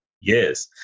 Yes